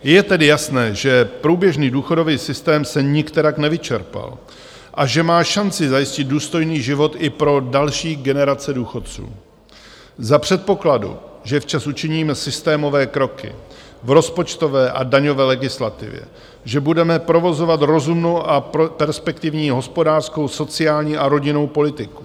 Je tedy jasné, že průběžný důchodový systém se nikterak nevyčerpal a že má šanci zajistit důstojný život i pro další generace důchodců za předpokladu, že včas učiníme systémové kroky v rozpočtové a daňové legislativě, že budeme provozovat rozumnou a perspektivní hospodářskou, sociální a rodinnou politiku.